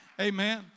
Amen